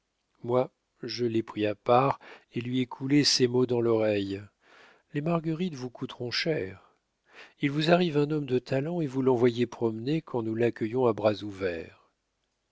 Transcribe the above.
moi je l'ai pris à part et je lui ai coulé ces mots dans l'oreille les marguerites vous coûteront cher il vous arrive un homme de talent et vous l'envoyez promener quand nous l'accueillons à bras ouverts